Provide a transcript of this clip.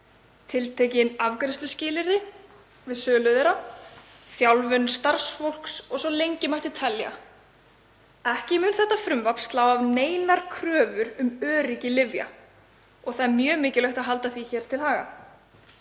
tiltekin afgreiðsluskilyrði við sölu þeirra, þjálfun starfsfólks og svo mætti lengi telja. Ekki mun þetta frumvarp slá af neinar kröfur um öryggi lyfja og það er mjög mikilvægt að halda því hér til haga.